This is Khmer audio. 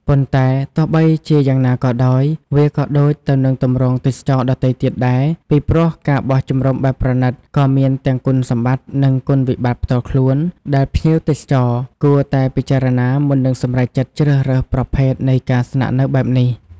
ប៉ុន្តែទោះបីជាយ៉ាងណាក៏ដោយ វាក៏ដូចទៅនឹងទម្រង់ទេសចរណ៍ដទៃទៀតដែរ ពីព្រោះការបោះជំរំបែបប្រណីត ក៏មានទាំងគុណសម្បត្តិ និងគុណវិបត្តិផ្ទាល់ខ្លួន ដែលភ្ញៀវទេសចរគួរតែពិចារណាមុននឹងសម្រេចចិត្តជ្រើសរើសប្រភេទនៃការស្នាក់នៅបែបនេះ។